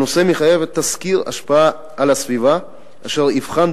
הנושא מחייב תסקיר השפעה על הסביבה אשר יבחן,